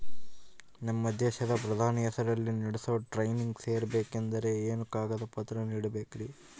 ನಮ್ಮ ದೇಶದ ಪ್ರಧಾನಿ ಹೆಸರಲ್ಲಿ ನಡೆಸೋ ಟ್ರೈನಿಂಗ್ ಸೇರಬೇಕಂದರೆ ಏನೇನು ಕಾಗದ ಪತ್ರ ನೇಡಬೇಕ್ರಿ?